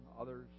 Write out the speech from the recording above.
others